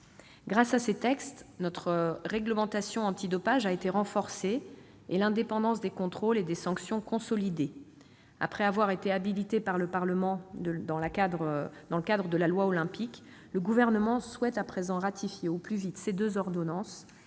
Grâce à ces textes, notre réglementation antidopage a été renforcée et l'indépendance des contrôles et des sanctions consolidée. Après avoir reçu l'habilitation du Parlement dans le cadre de la loi Olympique, le Gouvernement souhaite, à présent, ratifier au plus vite ces deux ordonnances,